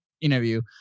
Interview